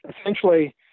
Essentially